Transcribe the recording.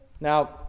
Now